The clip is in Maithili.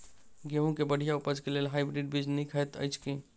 गेंहूँ केँ बढ़िया उपज केँ लेल हाइब्रिड बीज नीक हएत अछि की?